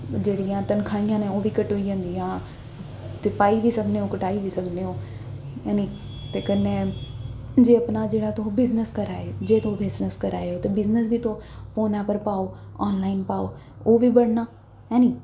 जेह्ड़ियां तन्खाहियां न ओह् बी कटोई जंदियां ते पाई बी सकने ओह् कटाई बी सकनें ओह् है नी ते कन्नै जे अपना जेह्ड़ा तुस बिजनस करा दे ओ जे तुस बिजनस करा दे ओ ते बिजनस बी तुस फोनै उप्पर पाओ आन लाइन पाओ ओह् बी बढ़ना है नी